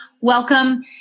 welcome